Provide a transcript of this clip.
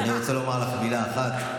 אני רוצה לומר לך מילה אחת.